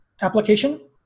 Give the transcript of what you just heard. application